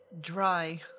Dry